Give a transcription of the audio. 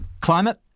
climate